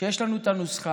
שיש לנו את הנוסחה.